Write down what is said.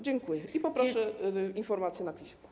Dziękuję i poproszę informację na piśmie.